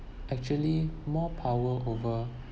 actually more power over